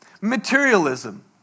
Materialism